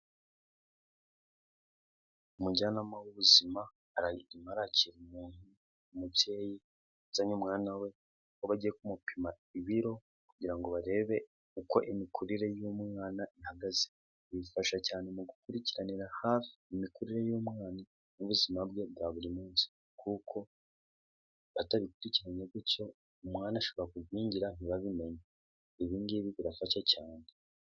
Umujyanama w'ubuzima, arimo arakira umuntu, umubyeyi uzanye umwana we, aho bagiye kumupima ibiro, kugira ngo barebe uko imikurire y'umwana ihagaze, bifasha cyane mu gukurikiranira hafi imikurire y'umwana, n'ubuzima bwe bwa buri munsi, kuko batabikurikiranye gutyo umwana ashobora kugwingira ntibabimenye, ibingibi birafasha cyane.